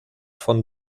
von